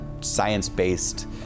science-based